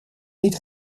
niet